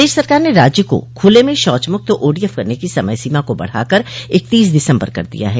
प्रदेश सरकार ने राज्य को खुले में शौच मुक्त ओडीएफ करने की समय सीमा को बढ़ाकर इकतीस दिसम्बर कर दी है